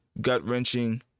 gut-wrenching